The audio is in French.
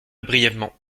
brièvement